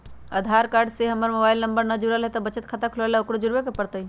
आधार card से हमर mobile number न जुरल है त बचत खाता खुलवा ला उकरो जुड़बे के पड़तई?